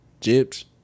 Jibs